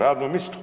Radno mjesto.